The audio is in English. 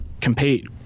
compete